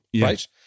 right